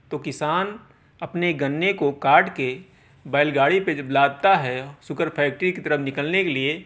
تو کسان اپنے گنے کو کاٹ کے بیل گاڑی پہ جب لادتا ہے سوگر فیکٹری کی طرف نکلنے کے لئے